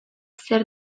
zer